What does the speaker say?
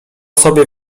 sobie